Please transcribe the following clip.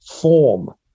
form